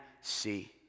see